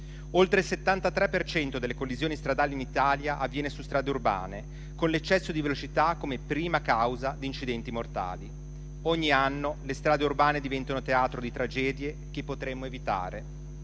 Oltre il 73 per cento delle collisioni stradali in Italia avviene su strade urbane, con l'eccesso di velocità come prima causa di incidenti mortali. Ogni anno le strade urbane diventano teatro di tragedie che potremmo evitare.